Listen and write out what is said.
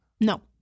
No